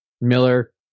Miller